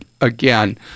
again